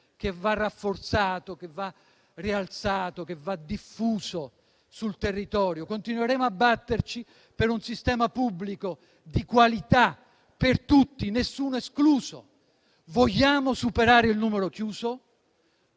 che va rafforzato, che va rialzato, che va diffuso sul territorio. Continueremo a batterci per un sistema pubblico, di qualità, per tutti, nessuno escluso. Vogliamo superare il numero chiuso,